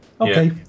Okay